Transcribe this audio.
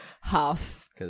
House